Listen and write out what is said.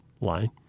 line